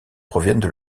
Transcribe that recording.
proviennent